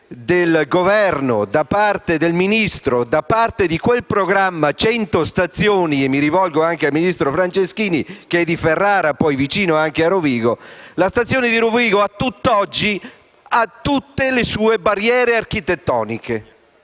da parte del Ministro e da parte di quel programma Centostazioni (e mi rivolgo anche al ministro Franceschini, che è di Ferrara, vicino a Rovigo), la stazione di Rovigo a tutt’oggi ha tutte le sue barriere architettoniche.